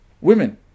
Women